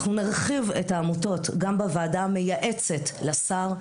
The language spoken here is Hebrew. אנחנו נרחיב את העמותות גם בוועדה המייעצת לשר.